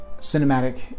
cinematic